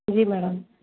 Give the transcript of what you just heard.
जी madam